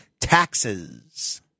taxes